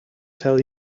tell